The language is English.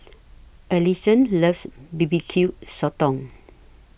Alison loves B B Q Sotong